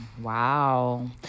Wow